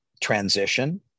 transition